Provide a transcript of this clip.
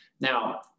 Now